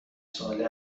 ساله